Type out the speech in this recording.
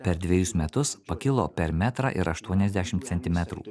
per dvejus metus pakilo per metrą ir aštuoniasdešim centimetrų